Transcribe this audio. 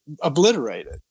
obliterated